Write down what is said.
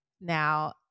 now